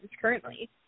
currently